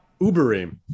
Uberim